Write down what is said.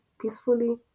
peacefully